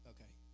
Okay